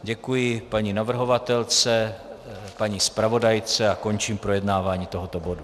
Děkuji paní navrhovatelce, paní zpravodajce a končím projednávání tohoto bodu.